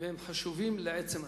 והם חשובים לעצם הדיון.